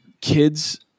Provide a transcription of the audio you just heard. kids